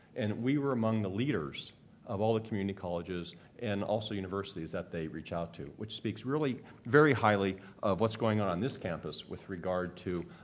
and we were among the leaders of all the community colleges and also universities that they reach out to. which speaks really very highly of what's going on on this campus with regard to